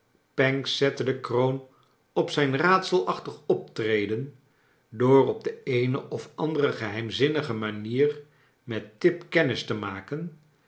pancks zette de kroon op zijn raadselachtig optreden door op de een of andere geheirnzinnige manier met tip kennis te maken